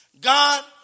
God